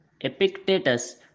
Epictetus